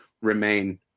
remain